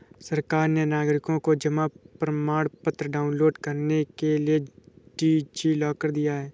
सरकार ने नागरिकों को जमा प्रमाण पत्र डाउनलोड करने के लिए डी.जी लॉकर दिया है